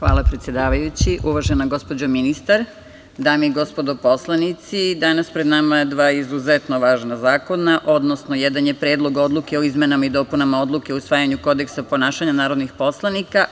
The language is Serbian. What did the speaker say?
Hvala predsedavajući, uvažena gospođo ministar, dame i gospodo poslanici, danas su pred nama dva izuzetno dva važna zakona, odnosno jedan je predlog odluke o izmenama i dopunama odluke o usvajanju kodeksa ponašanja narodnih poslanika.